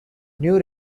new